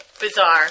bizarre